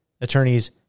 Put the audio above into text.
Attorneys